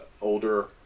older